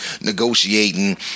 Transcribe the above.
negotiating